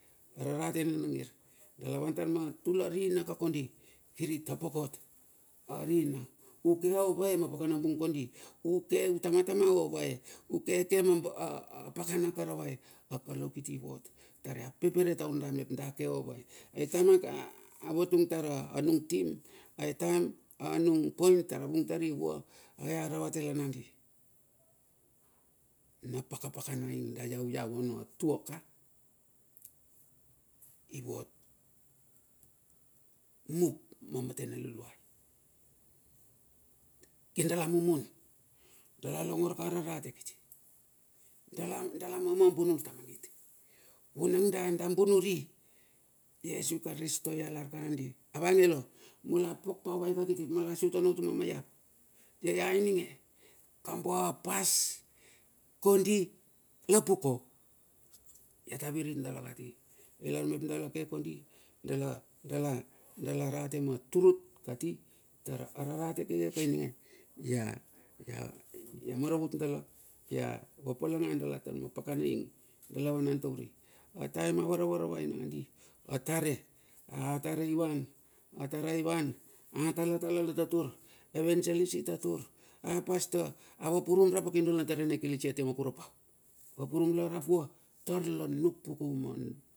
Ararate nina ngir dala van tar me tulo rina ka kondi kiri tapokot arina. Uke ovae ma pakana bung kondi? Uke o utamatatma ovae? Uke ke ma mapakana karavae? Akalou kiti vot, tar ia peperere taur da mep dake ovae? Ataem avatung tar anung tim a taem anung poin tara vung tari vua. Ai a rauate la nandi, na pakapakana ing da iau iau ono tuaka, ivot mup me na mate na luluai, kirkir dala, mumun dala longor ka rarate kiti, dala mama bunur ta mangit. Vunang da bunuri iesu karisto ia lar ka ava ngelo, mula puak pa ovaika kiti, mula sut ono tuma maiap. Iai ninge? Kamba pas kondi, lapuko, ia ta virit dala kati, ilar mep dala ke kondi dala rarate ma truth kati tara rarate keke kaininge, ia maravut dala, ia vapalanana dala vanan tauri. Ataem a varavaravai nandi atare atare ivan, atare ivan, talatala latatur, evangelis i tatur, a pasta avapurum rap akindol na ekelesia atia makurapau vapurum rapla vua tar la nukpuku ma dovotina.